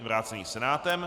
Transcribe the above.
vrácený Senátem